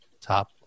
top